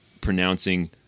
pronouncing